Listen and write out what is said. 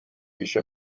پیش